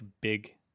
big